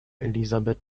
elisabeth